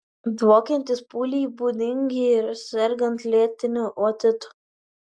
dvokiantys pūliai būdingi ir sergant lėtiniu otitu